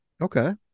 Okay